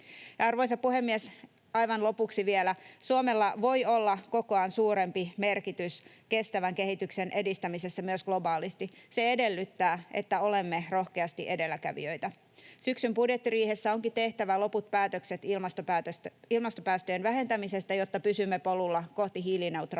Arvoisa puhemies! Aivan lopuksi vielä: Suomella voi olla kokoaan suurempi merkitys kestävän kehityksen edistämisessä myös globaalisti. Se edellyttää, että olemme rohkeasti edelläkävijöitä. Syksyn budjettiriihessä onkin tehtävä loput päätökset ilmastopäästöjen vähentämisestä, jotta pysymme polulla kohti hiilineutraaliutta